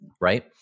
Right